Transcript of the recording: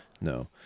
No